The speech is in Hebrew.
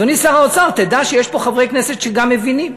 אדוני שר האוצר, תדע שיש פה חברי כנסת שגם מבינים.